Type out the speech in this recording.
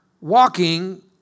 walking